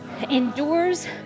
endures